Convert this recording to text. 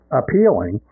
appealing